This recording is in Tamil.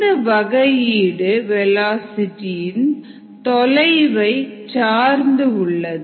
இந்த வகைஈடு வெலாசிட்டி இன் தொலைவை சார்ந்து உள்ளது